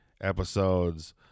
episodes